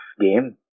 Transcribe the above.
game